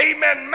Amen